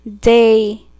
day